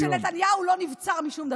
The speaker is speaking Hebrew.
שנתניהו לא נבצר משום דבר.